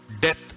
death